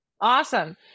Awesome